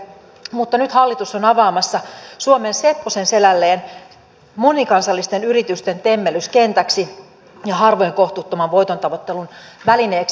mutta nyt hallitus on avaamassa suomen sepposen selälleen monikansallisten yritysten temmellyskentäksi ja harvojen kohtuuttoman voitontavoittelun välineeksi